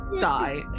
Die